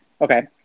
Okay